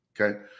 Okay